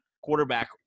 quarterback